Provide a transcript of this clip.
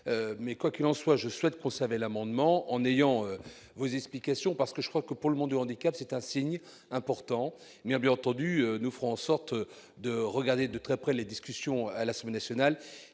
mais quoi qu'il en soit, je souhaite conserver l'amendement en ayant vos explications parce que je crois que pour le monde du handicap, c'est un signe important mais bien entendu nous ferons en sorte de regarder de très près les discussions à l'asthme nationale